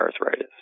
arthritis